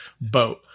boat